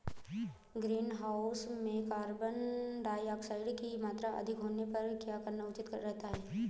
Greenhouse में carbon dioxide की मात्रा अधिक होने पर क्या करना उचित रहता है?